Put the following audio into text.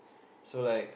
so like